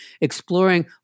exploring